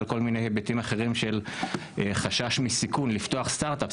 כל מיני היבטים אחרים של חשש מסיכון לפתוח סטארט-אפ.